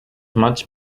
much